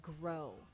grow